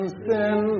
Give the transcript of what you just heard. sin